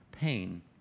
pain